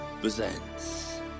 presents